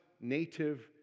native